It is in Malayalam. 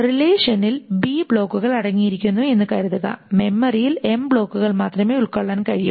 റിലേഷനിൽ ബ്ലോക്കുകൾ അടങ്ങിയിരിക്കുന്നു എന്ന് കരുതുക മെമ്മറിയിൽ ബ്ലോക്കുകൾ മാത്രമേ ഉൾകൊള്ളാൻ കഴിയൂ